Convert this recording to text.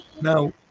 Now